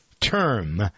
term